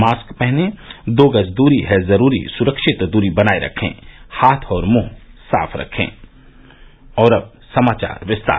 mask पहनें दो गज दूरी है जरूरी सुरक्षित दूरी बनाये रखें हाथ और मुंह साफ रखें और अब समाचार विस्तार से